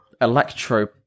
electro